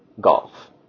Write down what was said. golf